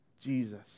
Jesus